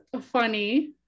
funny